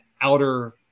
outer